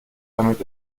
damit